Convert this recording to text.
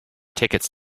tickets